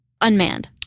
unmanned